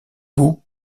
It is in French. bout